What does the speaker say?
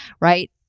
right